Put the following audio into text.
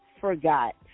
forgot